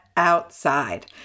outside